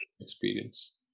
experience